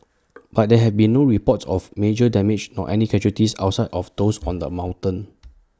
but there have been no reports of major damage nor any casualties outside of those on the mountain